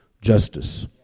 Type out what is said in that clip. justice